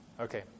okay